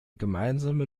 gemeinsame